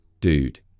dude